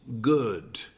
good